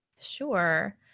sure